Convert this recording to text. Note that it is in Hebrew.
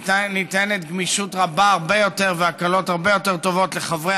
ניתנת גמישות רבה הרבה יותר והקלות הרבה יותר טובות לחברי